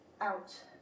out